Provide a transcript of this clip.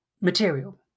material